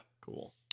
cool